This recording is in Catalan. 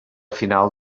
final